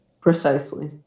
Precisely